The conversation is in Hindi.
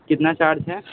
कितना चार्ज है